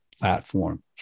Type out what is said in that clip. platform